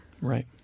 right